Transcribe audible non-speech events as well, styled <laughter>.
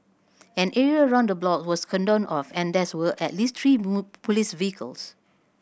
an area around the block was cordoned off and that were at least three <unintelligible> police vehicles